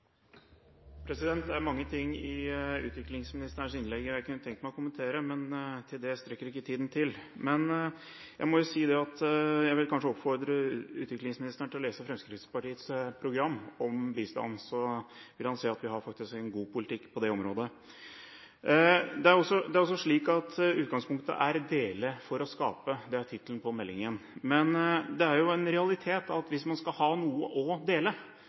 det strekker ikke tiden til. Men jeg vil oppfordre utviklingsministeren til kanskje å lese Fremskrittspartiets program om bistand, så vil han se at vi faktisk har en god politikk på det området. Det er slik at utgangspunktet her er «Dele for å skape» – det er tittelen på meldingen. Men det er en realitet at hvis man skal ha noe å dele,